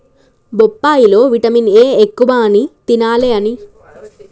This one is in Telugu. బొప్పాయి లో విటమిన్ ఏ ఎక్కువ అని తినాలే అని మా ఫామిలీ డాక్టర్ ఎప్పుడు చెపుతాడు